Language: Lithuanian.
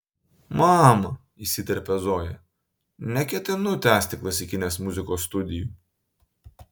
mama įsiterpia zoja neketinu tęsti klasikinės muzikos studijų